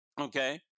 Okay